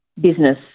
business